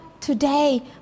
today